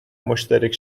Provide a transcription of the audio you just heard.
مشترک